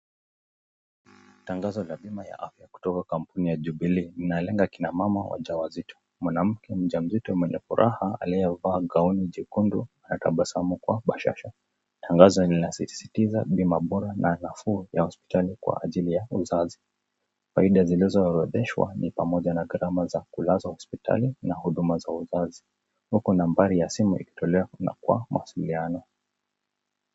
Tangazo la bima ya afya kutaka kwa kampuni ya Jubilee, inalenga wakina mama wajawazito. Mwanamke mjazito wenye furaha aliyevaa gauni jekundu anatabasamu kwa bashasha. Tangazo linasisitiza bima bora na nafuu ya hospitali kwa ajili ya wazazi. faida zilizo orodheshwa ni pamoja na garama za kulazwa hosipitali na huduma za uzazi, huku nambari ya simu ikitolewa na kwa mawasiliano.